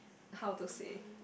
how to say